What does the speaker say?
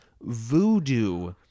voodoo